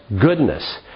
goodness